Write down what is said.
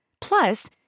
Plus